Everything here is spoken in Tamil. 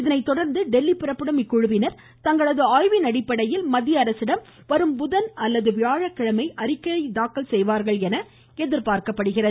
இதனைத்தொடா்ந்து டெல்லி புறப்படும் இக்குழுவினா் தங்களது ஆய்வின் அடிப்படையில் மத்திய அரசிடம் வரும் புதன் அல்லது வியாழக்கிழமை அறிக்கை தாக்கல் செய்வார்கள் என எதிர்பார்க்கப்படுகிறது